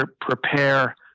prepare